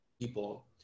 people